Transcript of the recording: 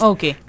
Okay।